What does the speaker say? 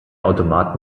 automat